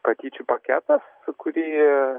patyčių paketas kurį